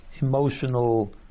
emotional